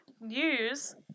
news